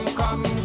come